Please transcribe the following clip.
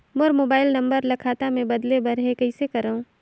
मोर mobile number ल खाता मे बदले बर हे कइसे करव?